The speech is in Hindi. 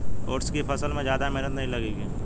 ओट्स की फसल में ज्यादा मेहनत नहीं लगेगी